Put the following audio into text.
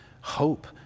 hope